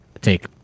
take